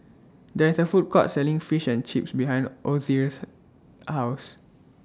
There IS A Food Court Selling Fish and Chips behind Dozier's House